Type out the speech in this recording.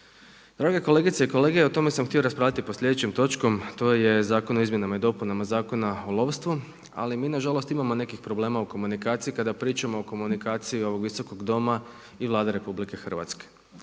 Drage kolegice i kolege o tome sam htio raspravljati pod sljedećom točkom. To je Zakon o izmjenama i dopunama Zakona o lovstvu, ali mi na žalost imamo nekih problema u komunikaciji kada pričamo o komunikaciji ovog Visokog doma i Vlade RH. Naime,